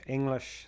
English